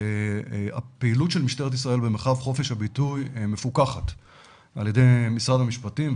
הפעילות של משטרת ישראל במרחב חופש הביטוי מפוקחת על ידי משרד המשפטים,